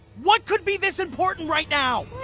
what could be this important right now?